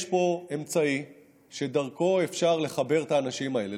יש פה אמצעי שדרכו אפשר לחבר את האנשים האלה,